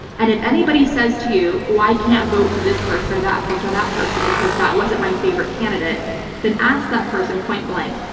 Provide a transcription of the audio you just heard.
and if anybody says to you, we can't vote for this person, or that person, or that person because that wasn't my favorite candidate then ask that person point blank,